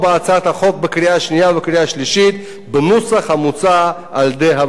החוק בקריאה שנייה וקריאה שלישית בנוסח המוצע על-ידי הוועדה.